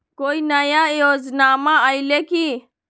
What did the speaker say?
कोइ नया योजनामा आइले की?